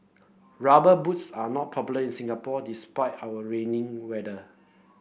rubber boots are not popular in Singapore despite our rainy weather